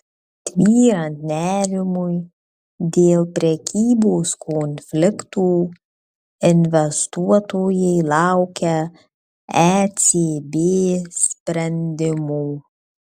tvyrant nerimui dėl prekybos konfliktų investuotojai laukia ecb sprendimų